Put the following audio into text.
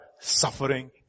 suffering